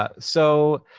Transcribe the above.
ah so,